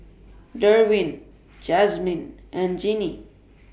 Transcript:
Derwin Jazmine and Jeannie